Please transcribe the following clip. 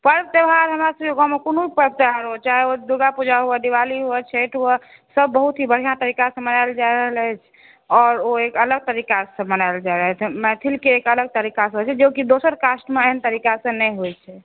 पर्व त्यौहार हमरा सभके गाँवमे कोनो पर्व त्यौहार चाहे ओ दुर्गा पूजा हो दिवाली होए छठि हुए सभ बहुत ही बढ़िऑं तरीकासँ मनायल जा रहल अछि आओर ओ एक अलग तरीकासँ मनायल जाइत अछि मैथिलके एक अलग तरीकासँ होइ छै जेकि दोसर कास्टमे एहन तरीकासँ नहि होइ छै